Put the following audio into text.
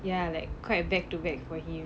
ya like quite a back to back for him